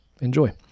enjoy